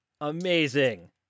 amazing